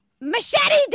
Machete